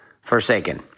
forsaken